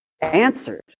answered